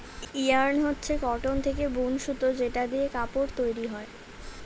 yarn হচ্ছে cotton থেকে বুন সুতো যেটা দিয়ে কাপড় তৈরী হয়